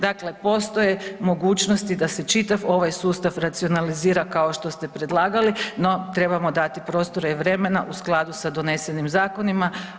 Dakle postoje mogućnosti da se čitav ovaj sustav racionalizira kao što ste predlagali no trebamo dati prostora i vremena u skladu sa donesenim zakonima.